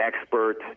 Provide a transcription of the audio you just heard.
expert